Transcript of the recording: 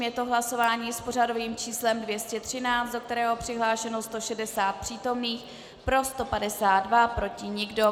Je to hlasování s pořadovým číslem 213, do kterého je přihlášeno 160 přítomných, pro 152, proti nikdo.